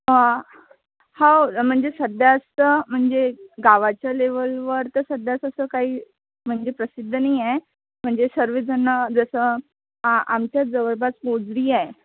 ह हो म्हणजे सध्याचं म्हणजे गावाच्या लेवलवर तर सध्याच असं काही म्हणजे प्रसिद्ध नाही आहे म्हणजे सर्वजणं जसं आ आमच्या जवळपास मोजरी आहे